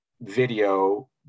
video